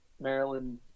Maryland